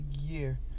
year